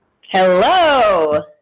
Hello